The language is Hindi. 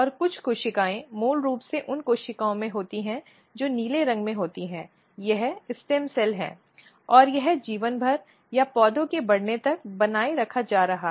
और कुछ कोशिकाएं मूल रूप से उन कोशिकाओं में होती हैं जो नीले रंग में होती हैं यह स्टेम सेल है और यह जीवन भर या पौधे के बढ़ने तक बनाए रखा जा रहा है